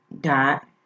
Dot